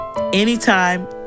anytime